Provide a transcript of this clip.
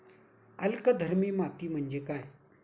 अल्कधर्मी माती म्हणजे काय?